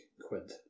quid